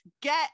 get